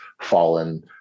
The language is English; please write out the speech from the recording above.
fallen